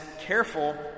careful